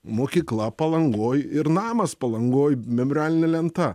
mokykla palangoj ir namas palangoj memorialinė lenta